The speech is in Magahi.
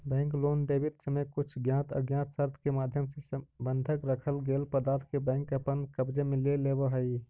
बैंक लोन देवित समय कुछ ज्ञात अज्ञात शर्त के माध्यम से बंधक रखल गेल पदार्थ के बैंक अपन कब्जे में ले लेवऽ हइ